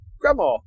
grandma